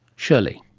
shirley.